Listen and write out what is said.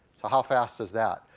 so how fast is that?